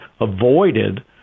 avoided